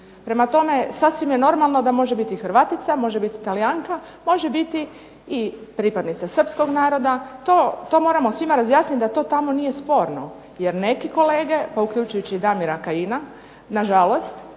Prema tome, sasvim je normalno da može biti i Hrvatica, može biti Talijanka, može biti i pripadnica Srpskog naroda. To moramo svima razjasniti da to tamo nije sporno. Jer neki kolege pa uključujući i Damira Kajina, nažalost,